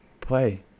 Play